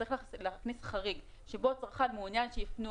שצריך להכניס חריג שבו הצרכן מעוניין שייפנו